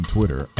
Twitter